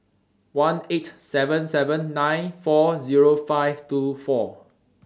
one eight seven seven nine four Zero five two four